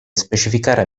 specificare